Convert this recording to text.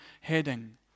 heading